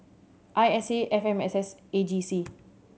I S A F M S S and A G C